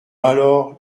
alors